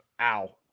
Ow